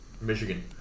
Michigan